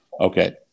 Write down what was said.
okay